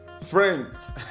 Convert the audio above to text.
friends